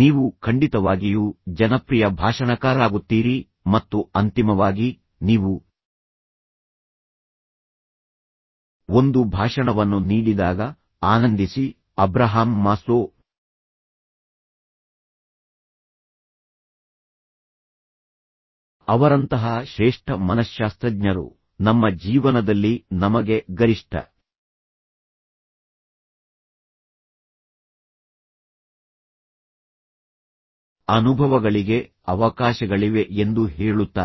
ನೀವು ಖಂಡಿತವಾಗಿಯೂ ಜನಪ್ರಿಯ ಭಾಷಣಕಾರರಾಗುತ್ತೀರಿ ಮತ್ತು ಅಂತಿಮವಾಗಿ ನೀವು ಒಂದು ಭಾಷಣವನ್ನು ನೀಡಿದಾಗ ಆನಂದಿಸಿ ಅಬ್ರಹಾಂ ಮಾಸ್ಲೋ ಅವರಂತಹ ಶ್ರೇಷ್ಠ ಮನಶ್ಶಾಸ್ತ್ರಜ್ಞರು ನಮ್ಮ ಜೀವನದಲ್ಲಿ ನಮಗೆ ಗರಿಷ್ಠ ಅನುಭವಗಳಿಗೆ ಅವಕಾಶಗಳಿವೆ ಎಂದು ಹೇಳುತ್ತಾರೆ